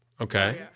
Okay